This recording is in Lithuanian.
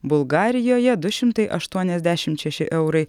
bulgarijoje du šimtai aštuoniasdešim šeši eurai